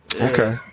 Okay